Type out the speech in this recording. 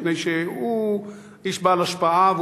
מפני שהוא איש בעל השפעה,